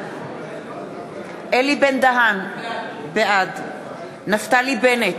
אלי בן-דהן, בעד נפתלי בנט,